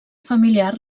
familiar